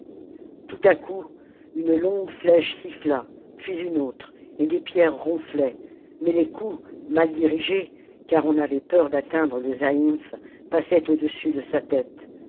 tout à coup une longue flèche siffîa puis une autre et des pierres ronflaient mais les coups mal dirigés car on avait peur d'atteindre le zaïmph passaient au-dessus de sa tête